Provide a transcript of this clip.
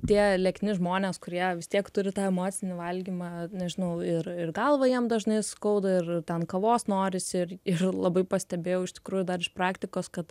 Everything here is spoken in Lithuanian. tie liekni žmonės kurie vis tiek turi tą emocinį valgymą nežinau ir ir galvą jiem dažnai skauda ir ten kavos norisi ir ir labai pastebėjau iš tikrųjų dar iš praktikos kad